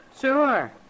Sure